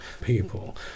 people